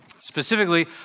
Specifically